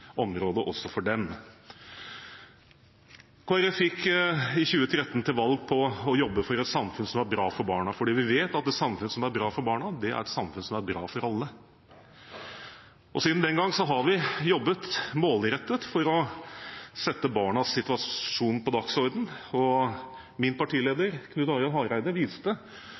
også for dem. Kristelig Folkeparti gikk i 2013 til valg på å jobbe for et samfunn som er bra for barna, for vi vet at et samfunn som er bra for barna, er et samfunn som er bra for alle. Siden den gang har vi jobbet målrettet for å sette barnas situasjon på dagsordenen, og min partileder, Knut Arild Hareide, viste